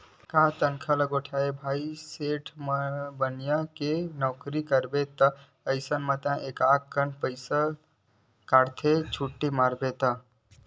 का तनखा ल गोठियाबे भाई सेठ बनिया के नउकरी करबे ता अइसने ताय एकक कन म पइसा काटथे कहूं छुट्टी मार देस ता